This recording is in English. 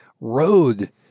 road